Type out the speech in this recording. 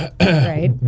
right